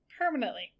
Permanently